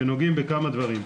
שנוגעים בכמה דברים.